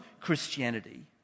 Christianity